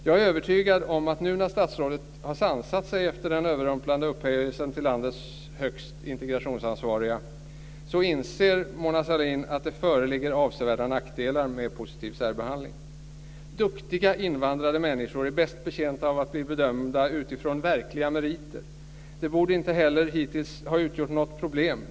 Jag är övertygad om att när statsrådet nu har sansat sig efter den överrumplande upphöjelsen till landets högsta integrationsansvariga inser Mona Sahlin att det föreligger avsevärda nackdelar med positiv särbehandling. Duktiga invandrade människor är bäst betjänta av att bli bedömda utifrån verkliga meriter. Det borde inte heller hittills ha utgjort något problem.